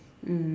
mm